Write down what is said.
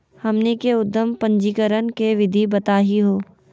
हमनी के उद्यम पंजीकरण के विधि बताही हो?